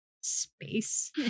space